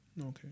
okay